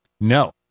No